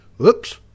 Oops